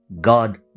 God